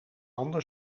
ander